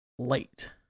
late